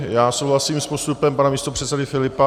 Já souhlasím s postupem pana místopředsedy Filipa.